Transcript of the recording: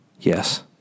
yes